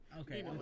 okay